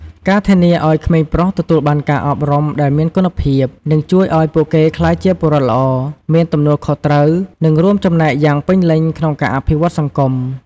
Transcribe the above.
ការធានាឱ្យក្មេងប្រុសទទួលបានការអប់រំដែលមានគុណភាព នឹងជួយឱ្យពួកគេក្លាយជាពលរដ្ឋល្អ មានទំនួលខុសត្រូវ និងចូលរួមចំណែកយ៉ាងពេញលេញក្នុងការអភិវឌ្ឍសង្គម។